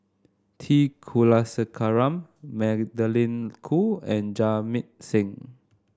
T Kulasekaram Magdalene Khoo and Jamit Singh